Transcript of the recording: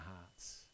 hearts